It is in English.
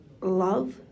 love